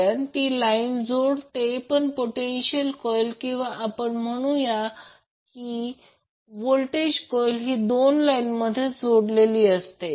कारण ती लाईन जोडते पण पोटेन्शियल कॉर्ईल किंवा आपण म्हणू या व्होल्टेज कॉर्ईल ही दोन लाईन मध्ये जोडलेली असते